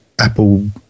Apple